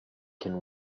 can